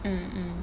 mm mm